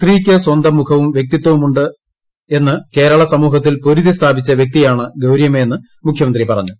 സ്ത്രീക്ക് സ്വന്തം മുഖവും വ്യക്തിത്വവുമുണ്ട് എന്ന് കേരള സമൂഹത്തിൽ പൊരുതി സ്ഥാപിച്ച വൃക്തിയാണു ഗൌരിയമ്മയെന്ന് മുഖ്യമന്ത്രി പറഞ്ഞു